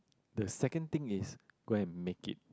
the second thing is go and make it